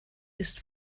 ist